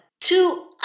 two